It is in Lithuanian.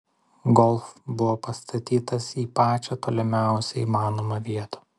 golf buvo pastatytas į pačią tolimiausią įmanomą vietą